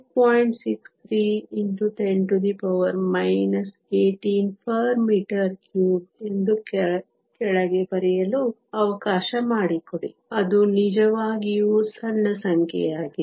63 x 10 18 m 3 ಎಂದು ಕೆಳಗೆ ಬರೆಯಲು ಅವಕಾಶ ಮಾಡಿಕೊಡಿ ಅದು ನಿಜವಾಗಿಯೂ ಸಣ್ಣ ಸಂಖ್ಯೆಯಾಗಿದೆ